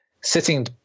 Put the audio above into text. sitting